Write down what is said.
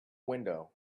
window